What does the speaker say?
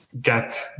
get